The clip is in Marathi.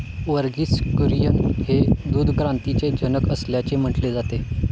वर्गीस कुरियन हे दूध क्रांतीचे जनक असल्याचे म्हटले जाते